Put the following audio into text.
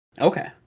Okay